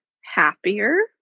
happier